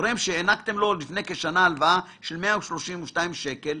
גורם שהענקתם לו לפני כשנה הלוואה של 132 מיליון שקל?